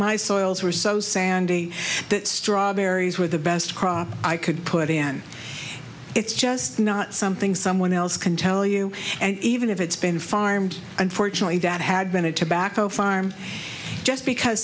my soils were so sandy that strawberries were the best crop i could put and it's just not something someone else can tell you and even if it's been farmed unfortunately that had been a tobacco farm just because